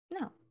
No